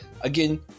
Again